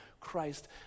Christ